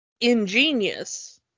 ingenious